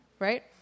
Right